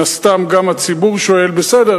ומן הסתם גם הציבור שואל: בסדר,